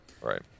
Right